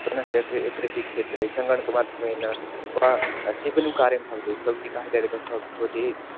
पुनश्च कृ कृषिक्षेत्रे सङ्गणकमाध्यमेन वा सीवनं कार्यं भवति सूचिकाः इत्यादिकं भवति